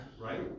right